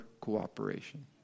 cooperation